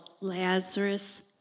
Lazarus